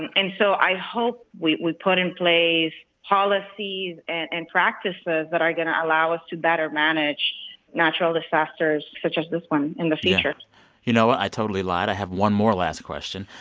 and and so i hope we we put in place policies and and practices that are going to allow us to better manage natural disasters such as this one in the future you know, i totally lied. i have one more last question.